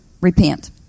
repent